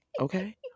Okay